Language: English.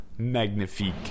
magnifique